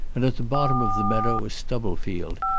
and at the bottom of the meadow a stubble field,